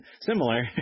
similar